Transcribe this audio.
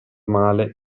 male